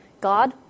God